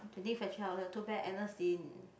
today factory outlet too bad Agnes didn't